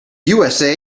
usa